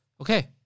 Okay